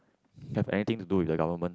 have anything to do with the government